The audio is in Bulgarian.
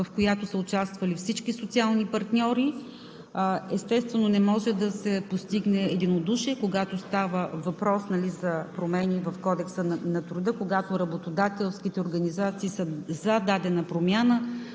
в която са участвали всички социални партньори. Естествено, не може да се постигне единодушие, когато става въпрос за промени в Кодекса на труда, когато работодателските организации са за дадена промяна,